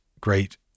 great